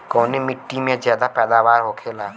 कवने मिट्टी में ज्यादा पैदावार होखेला?